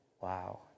Wow